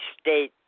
state